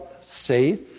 safe